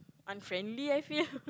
unfriendly I feel